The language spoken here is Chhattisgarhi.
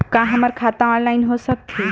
का हमर खाता ऑनलाइन हो सकथे?